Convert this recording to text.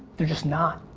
they're just not.